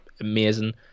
amazing